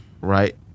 Right